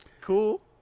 cool